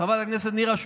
חברת כנסת נירה שפק,